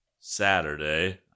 Saturday